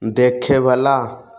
देखैबला